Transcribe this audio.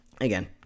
again